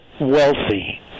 wealthy